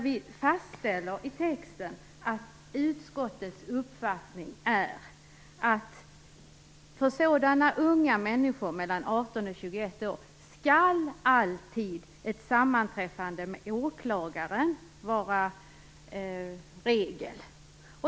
Vi fastställde då i texten att utskottets uppfattning är att för unga människor mellan 18 och 21 år skall alltid ett sammanträffande med åklagaren vara regel.